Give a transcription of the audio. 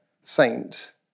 saint